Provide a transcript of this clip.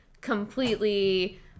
completely